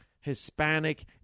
Hispanic